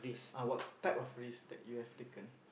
uh what type of risk that you have taken